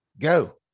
go